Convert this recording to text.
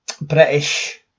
British